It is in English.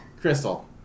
Crystal